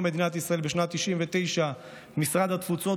מדינת ישראל בשנת 1999 את משרד התפוצות,